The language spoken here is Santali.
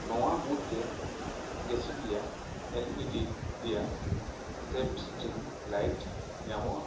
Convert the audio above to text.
ᱱᱚᱣᱟ ᱢᱩᱫᱽᱨᱮ ᱰᱮᱥᱤᱰᱤᱭᱟ L E D diya shaped string light ᱧᱟᱢᱚᱜᱼᱟ